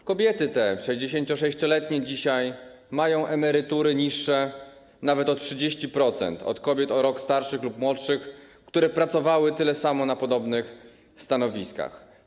Te kobiety, dzisiaj 66-letnie, mają emerytury niższe nawet o 30% od kobiet o rok starszych lub młodszych, które pracowały tyle samo na podobnych stanowiskach.